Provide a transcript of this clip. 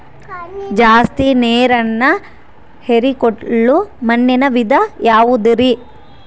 ಜಾಸ್ತಿ ನೇರನ್ನ ಹೇರಿಕೊಳ್ಳೊ ಮಣ್ಣಿನ ವಿಧ ಯಾವುದುರಿ?